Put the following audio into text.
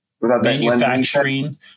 manufacturing